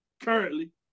Currently